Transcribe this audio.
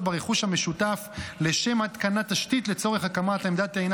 ברכוש המשותף לשם התקנת תשתית לצורך הקמת עמדת טעינה